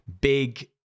big